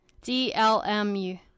D-L-M-U